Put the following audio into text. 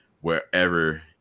wherever